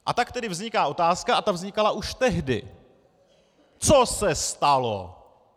A tak tedy vzniká otázka, a ta vznikala už tehdy co se stalo?